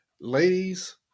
ladies